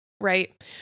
Right